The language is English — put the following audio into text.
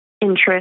interest